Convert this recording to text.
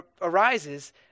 arises